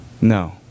No